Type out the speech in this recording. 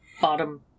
bottom